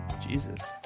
Jesus